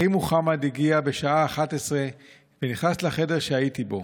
אחי מוחמד הגיע בשעה 23:00 ונכנס לחדר שהייתי בו.